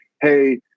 hey